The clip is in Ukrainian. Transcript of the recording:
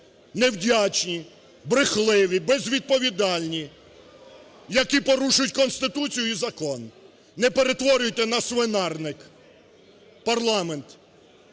невдячні, брехливі, безвідповідальні, які порушують Конституцію і закон. Не перетворюйте на свинарник парламент.